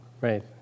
Right